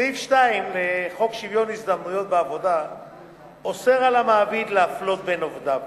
סעיף 2 לחוק שוויון ההזדמנויות בעבודה אוסר על מעביד להפלות בין עובדיו